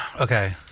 okay